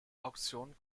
auktionen